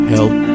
Help